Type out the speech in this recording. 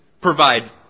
Provide